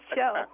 Show